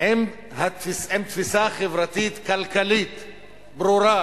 עם תפיסה חברתית-כלכלית ברורה,